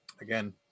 Again